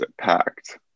packed